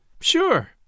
Sure